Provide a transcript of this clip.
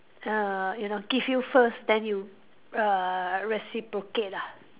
uh you know give you first then you uh reciprocate ah